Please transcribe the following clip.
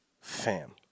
Fam